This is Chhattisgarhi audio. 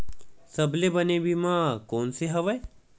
सबले बने बीमा कोन से हवय?